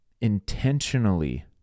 intentionally